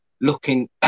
looking